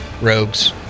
rogues